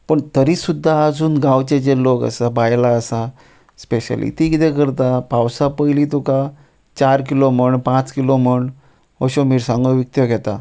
पूण तरी सुद्दां आजून गांवचे जे लोक आसात बायलां आसा स्पेशली ती कितें करता पावसा पयली तुका चार किलो म्हण पांच किलो म्हण अश्यो मिरसांगो विकत्यो घेतात